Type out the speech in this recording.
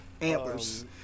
Antlers